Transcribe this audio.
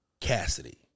Cassidy